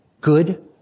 Good